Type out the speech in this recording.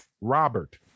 Robert